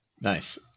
nice